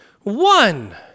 one